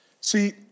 See